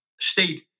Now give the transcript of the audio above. state